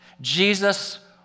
Jesus